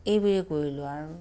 এইবোৰেই কৰিলোঁ আৰু